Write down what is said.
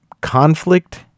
conflict